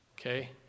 okay